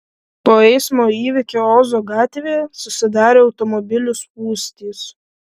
po eismo įvykio ozo gatvėje susidarė automobilių spūstys